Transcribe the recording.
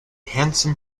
handsome